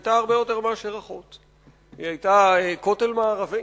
היתה הרבה יותר מאשר אחות, היא היתה כותל מערבי